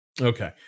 okay